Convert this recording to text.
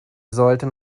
sollten